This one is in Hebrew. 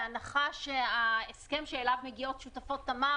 בהנחה שההסכם שאליו מגיעות שותפות תמר